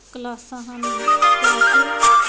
ਕਲਾਸਾਂ ਹਨ ਕਿਉਂਕਿ